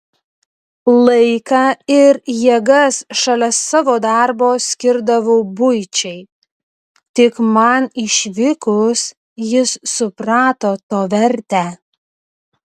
laiką ir jėgas šalia savo darbo skirdavau buičiai tik man išvykus jis suprato to vertę